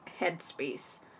headspace